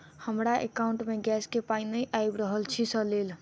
हमरा एकाउंट मे गैस केँ पाई नै आबि रहल छी सँ लेल?